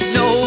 no